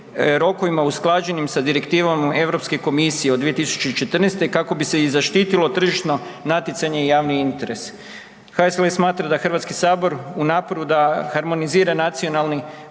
rokovima usklađenim sa direktivama Europske komisije od 2014. kako bi se i zaštitilo tržišno natjecanje i javni interes. HSLS smatra da Hrvatski sabor u naporu da harmonizira nacionalni